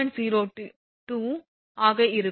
02 be ஆக இருக்கும்